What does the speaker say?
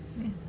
Yes